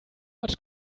much